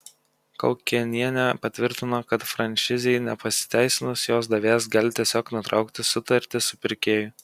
kaukėnienė patvirtino kad franšizei nepasiteisinus jos davėjas gali tiesiog nutraukti sutartį su pirkėju